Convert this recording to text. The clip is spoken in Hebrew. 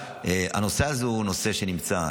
הנושא הזה הוא נושא שנמצא.